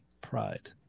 pride